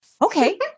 okay